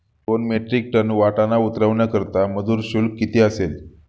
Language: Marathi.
दोन मेट्रिक टन वाटाणा उतरवण्याकरता मजूर शुल्क किती असेल?